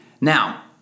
Now